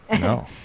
No